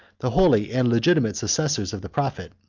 the holy and legitimate successors of the prophet.